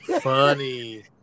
funny